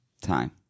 Time